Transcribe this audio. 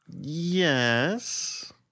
Yes